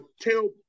tell